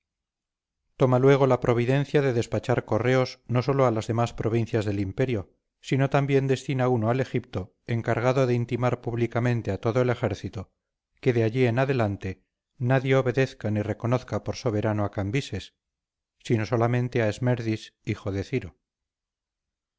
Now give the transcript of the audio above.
toma luego la providencia de despachar correos no sólo a las demás provincias del imperio sino también destina uno al egipto encargado de intimar públicamente a todo el ejército que de allí en adelante nadie obedezca ni reconozca por soberano a cambises sino solamente a esmerdis hijo de ciro